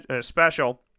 special